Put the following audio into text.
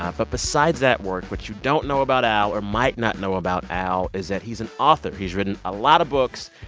ah but besides that work, what you don't know about al or might not know about al is that he's an author. he's written a lot of books,